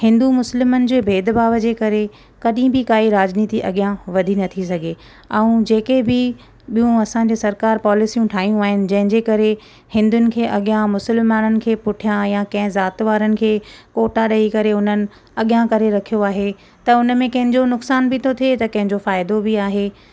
हिंदु मुस्लिमनि जे भेदभाव जे करे कॾहिं बि काई राजनीति अॻियां वधि नथी सघे ऐं जेके बि ॿियूं असांजी सरकार पॉलिसियूं ठाहियूं आहिनि जंहिंजे करे हिंदुअनि खे अॻियां मुसलमाननि खे पुठियां या कंहिं ज़ाति वारनि खे कोटा ॾेई करे हुननि अॻियां करे रखियो आहे त उन मे कंहिंजो नुक़सान बि थो थिए त कंहिंजो फ़ाइदो बि आहे